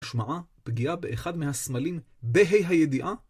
משמעה פגיעה באחד מהסמלים בה"א הידיעה.